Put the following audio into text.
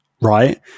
right